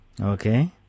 Okay